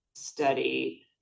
study